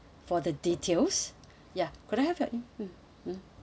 for the details ya could I have your e~ mm mm